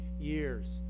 years